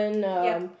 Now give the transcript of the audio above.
yup